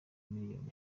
miliyoni